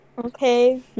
Okay